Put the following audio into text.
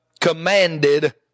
commanded